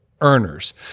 earners